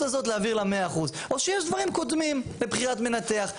הזאת להעביר ל-100% או שיש דברים קודמים לבחירת מנתח.